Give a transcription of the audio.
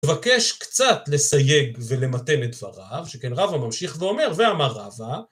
מבקש קצת לסייג ולמתן את דבריו, שכן רבא ממשיך ואומר, ואמר רבא.